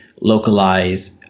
localize